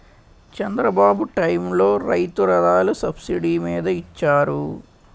చంద్రబాబు టైములో రైతు రథాలు సబ్సిడీ మీద ఇచ్చారు